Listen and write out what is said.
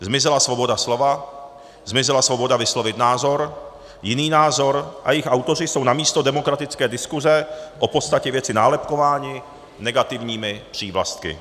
Zmizela svoboda slova, zmizela svoboda vyslovit názor, jiný názor, a jejich autoři jsou namísto demokratické diskuse o podstatě věci nálepkováni negativními přívlastky.